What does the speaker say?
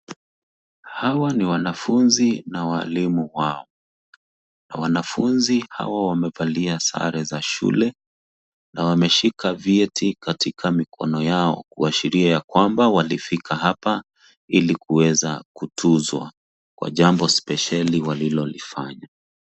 Hawa ni wanafunzi na walimu wao na wanafunzi hawa wamevalia sare za shule na wameshika vyeti katika mikono yao kuashiria ya kwamba walifika hapa ilikuweza kutuzwa kwa jambo speceli walilolifanya.